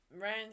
Rand